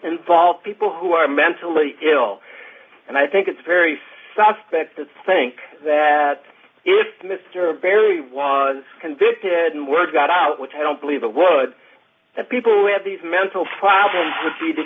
involve people who are mentally ill and i think it's very suspect to think that if mr barry was convicted and word got out which i don't believe a word that people who have these mental problems would be